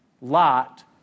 Lot